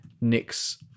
Nick's